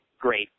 great